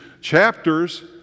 chapters